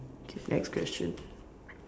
K next question